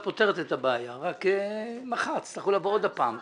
את פותרת את הבעיה אלא שמחר תצטרכו לבוא עוד פעם.